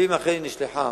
ואם אכן היא נשלחה,